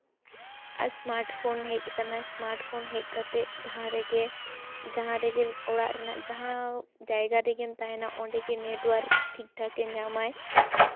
smart phone ᱦᱮᱡ ᱟᱠᱟᱱᱟ smartphone ᱦᱮᱡ ᱠᱟᱛᱮᱜ ᱡᱟᱦᱟᱸ ᱨᱮᱜᱮ ᱡᱟᱦᱟᱸ ᱨᱮᱜᱮ ᱚᱲᱟᱜ ᱨᱮᱱᱟᱜ ᱡᱟᱦᱟᱸ ᱡᱟᱭᱜᱟ ᱨᱮᱜᱮᱢ ᱛᱟᱦᱮᱱᱟ ᱚᱸᱰᱮᱜᱮ ᱱᱮᱴ ᱳᱣᱟᱨᱠ ᱴᱷᱤᱠ ᱴᱷᱟᱠᱮ ᱧᱟᱢᱟᱭ